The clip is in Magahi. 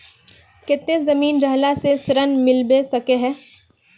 केते जमीन रहला से ऋण मिलबे सके है?